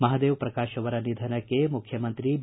ಮಹಾದೇವ ಪ್ರಕಾಶ್ ಅವರ ನಿಧನಕ್ಕೆ ಮುಖ್ಯಮಂತ್ರಿ ಬಿ